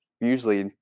usually